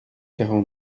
quatre